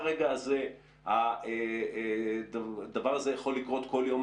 מהרגע הזה הדבר הזה יכול לקרות כל יום.